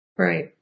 Right